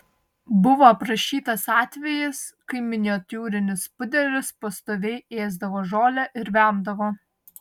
buvo aprašytas atvejis kai miniatiūrinis pudelis pastoviai ėsdavo žolę ir vemdavo